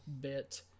bit